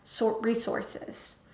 resources